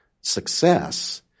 success